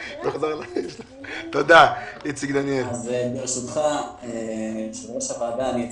תודה, אדוני היושב-ראש.